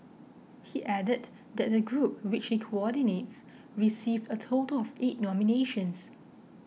he added that the group which he coordinates received a total of eight nominations